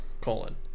colon